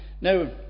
Now